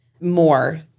more